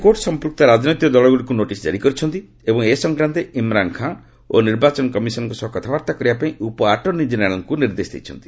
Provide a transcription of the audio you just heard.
high court ସମ୍ପୃକ୍ତ ରାଜନୈତିକ ଦଳଗୁଡ଼ିକୁ ନୋଟିସ୍ ଜାରି କରିଛନ୍ତି ଏବଂ ଏ ସଂକ୍ରାନ୍ତରେ ଇମ୍ରାନ୍ ଖାନ୍ ଓ ନିର୍ବାଚନ କମିଶନ୍ଙ୍କ ସହ କଥାବାର୍ତ୍ତା କରିବା ପାଇଁ ଉପଆଟର୍ଶ୍ଣି ଜେନେରାଲ୍ଙ୍କୁ ନିର୍ଦ୍ଦେଶ ଦେଇଛନ୍ତି